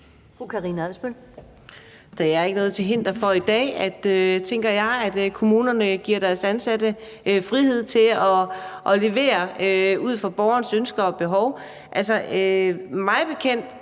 Der er i dag ikke noget til hinder for, tænker jeg, at kommunerne giver deres ansatte frihed til at levere ud fra borgerens ønsker og behov.